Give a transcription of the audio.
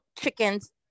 chickens